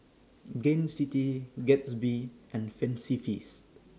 Gain City Gatsby and Fancy Feast